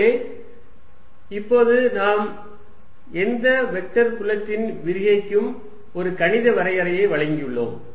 எனவே இப்போது நாம் எந்த வெக்டர் புலத்தின் விரிகைக்கும் ஒரு கணித வரையறையை வழங்கியுள்ளோம்